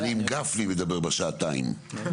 אני עם גפני מדבר בשעתיים האחרונות.